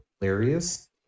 hilarious